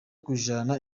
kujana